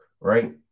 right